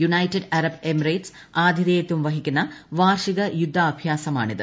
United Arab Emirates ആതിഥേയത്വം വഹിക്കുന്ന വാർഷിക യുദ്ധാഭ്യാസമാണ് ഇത്